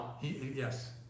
Yes